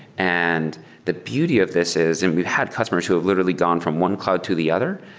and the beauty of this is and we've had customers who have literally gone from one cloud to the other,